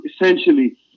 essentially